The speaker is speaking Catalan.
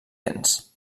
gens